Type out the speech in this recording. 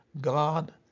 God